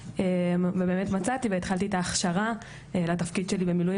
ובאמת מצאתי והתחלתי את ההכשרה לתפקיד שלי במילואים